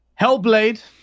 Hellblade